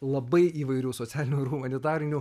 labai įvairių socialiniųir humanitarinių